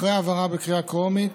אחרי העברה בקריאה טרומית,